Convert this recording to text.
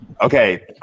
Okay